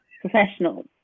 professionals